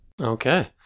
Okay